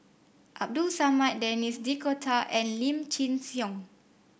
Abdul Samad Denis D'Cotta and Lim Chin Siong